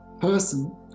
person